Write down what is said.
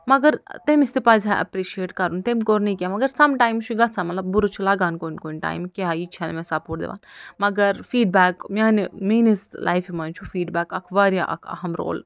مگر تٔمِس تہِ پزِہا اٮ۪پرِشیٹ کَرُن تٔمۍ کوٚر نہٕ کیٚنٛہہ مگر تٔمۍ کوٚر نہٕ کیٚنٛہہ مگر سم ٹایِم چھُ گَژھان مطلب بُرٕ چھُ لگان کُنہِ کُنہِ ٹایِمہٕ کیٛاہ یہِ چھَنہٕ مےٚ سپوٹ دِوان مگر فیٖڈبیک میانہِ میانِس لایفہِ منٛز چھُ فیٖڈبیک اکھ وارِیاہ اکھ اہم رول